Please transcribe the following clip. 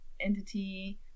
entity